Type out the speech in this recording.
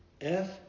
F-